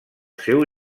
seu